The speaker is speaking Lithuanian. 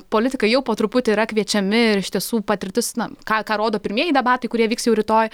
politikai jau po truputį yra kviečiami ir iš tiesų patirtis na ką ką rodo pirmieji debatai kurie vyks jau rytoj